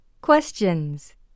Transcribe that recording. Questions